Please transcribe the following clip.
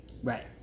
Right